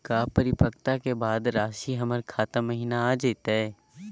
का परिपक्वता के बाद रासी हमर खाता महिना आ जइतई?